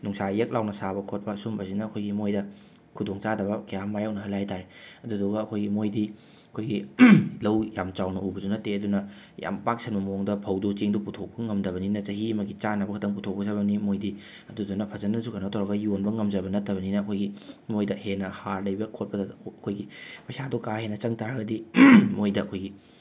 ꯅꯨꯡꯁꯥ ꯌꯛ ꯂꯥꯎꯅ ꯁꯥꯕ ꯈꯣꯠꯄ ꯁꯨꯝꯕꯁꯤꯅ ꯑꯩꯈꯣꯏꯒꯤ ꯃꯣꯏꯗ ꯈꯨꯗꯣꯡꯆꯥꯗꯕ ꯀꯌꯥ ꯑꯃ ꯃꯌꯣꯛꯅꯍꯜꯂꯦ ꯍꯥꯏꯇꯔꯦ ꯑꯗꯨꯗꯨꯒ ꯑꯩꯈꯣꯏꯒꯤ ꯃꯣꯏꯗꯤ ꯑꯩꯈꯣꯏꯒꯤ ꯂꯧ ꯌꯥꯝ ꯆꯥꯎꯅ ꯎꯕꯁꯨ ꯅꯠꯇꯦ ꯑꯗꯨꯅ ꯌꯥꯝ ꯄꯥꯛ ꯁꯟꯕ ꯃꯋꯣꯡꯗ ꯐꯧ ꯗꯨ ꯆꯦꯡꯗꯨ ꯄꯨꯊꯣꯛꯄ ꯉꯝꯗꯕꯅꯤꯅ ꯆꯍꯤ ꯑꯃꯒꯤ ꯆꯥꯅꯕ ꯈꯇꯪ ꯄꯨꯊꯣꯛꯀꯗꯕꯅꯤ ꯃꯣꯏꯗꯤ ꯑꯗꯨꯗꯨꯅ ꯐꯖꯅꯁꯨ ꯀꯩꯅꯣ ꯇꯧꯔꯒ ꯌꯣꯟꯕ ꯉꯝꯖꯕ ꯅꯠꯇꯕꯅꯤꯅ ꯑꯩꯈꯣꯏꯒꯤ ꯃꯣꯏꯗ ꯍꯦꯟꯅ ꯍꯥꯔ ꯂꯩꯕ ꯈꯣꯠꯄꯗ ꯑꯩꯈꯣꯏꯒꯤ ꯄꯩꯁꯥꯗꯨ ꯀꯥ ꯍꯦꯟꯅ ꯆꯪ ꯇꯥꯔꯒꯗꯤ ꯃꯣꯏꯗ ꯑꯩꯈꯣꯏꯒꯤ